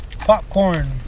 Popcorn